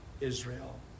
Israel